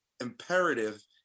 imperative